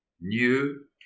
new